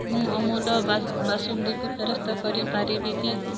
ମୁଁ ଅମୁଲ ବା ବାସୁନ୍ଦୀକୁ ଫେରସ୍ତ କରିପାରିବି କି